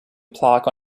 plaque